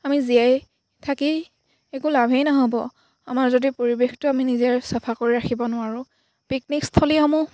আমি জীয়াই থাকি একো লাভেই নহ'ব আমাৰ যদি পৰিৱেশটো আমি নিজে চাফা কৰি ৰাখিব নোৱাৰোঁ পিকনিকস্থলীসমূহ